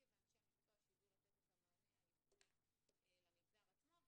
ואנשי מקצוע שידעו לתת את המענה הייחודי למגזר עצמו.